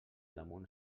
damunt